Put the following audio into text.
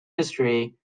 history